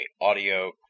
Audio